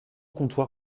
comptoir